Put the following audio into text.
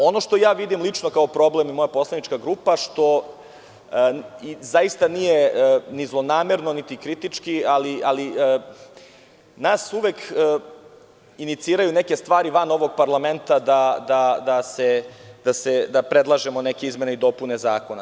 Ono što vidim lično kao problem i moja poslanička grupa, što zaista nije ni zlonamerno, niti kritički, ali nas uvek iniciraju neke stvari van ovog parlamenta da predlažemo neke izmene i dopune zakona.